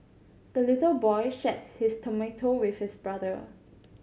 the little boy shared his tomato with his brother